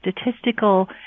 statistical